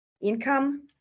income